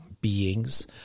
beings